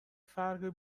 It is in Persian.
فرقی